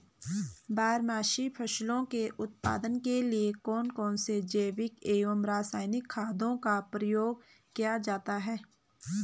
बारहमासी फसलों के उत्पादन के लिए कौन कौन से जैविक एवं रासायनिक खादों का प्रयोग किया जाता है?